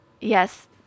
yes